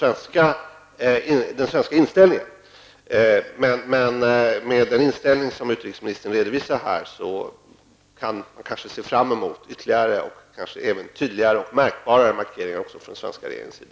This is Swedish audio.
Men med tanke på den attityd som utrikesministern visar här kan man kanske se fram emot ytterligare och kanske tydligare och märkbarare markeringar också från den svenska regeringens sida.